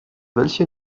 welche